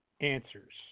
answers